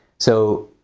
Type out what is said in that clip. so,